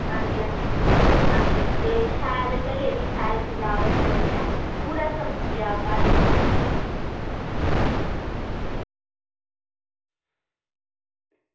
आं जी आं जी ते शैल घरै दी शैल सजावट करनी ऐ पूरा चमकी जाए घर